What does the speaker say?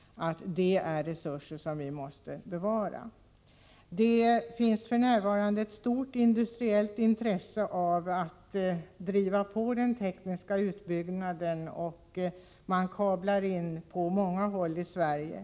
Sådana resurser måste vi bevara. Det finns f.n. ett stort industriellt intresse av att driva på den tekniska utbyggnaden, och man kablar in på många håll i Sverige.